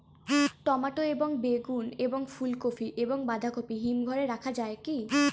Tomato এবং বেগুন এবং ফুলকপি এবং বাঁধাকপি হিমঘরে রাখা যায় কি?